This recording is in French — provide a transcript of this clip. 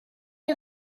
est